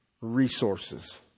resources